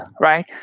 right